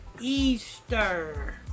Easter